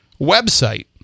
website